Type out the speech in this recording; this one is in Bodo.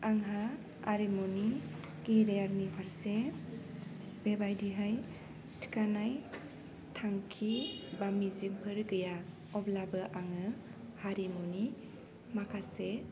आंहा आरिमुनि गिरियानि फारसे बेबायदिहाय थिखानाय थांखि बा मिजिंफोर गैया अब्लाबो आङो हारिमुनि माखासे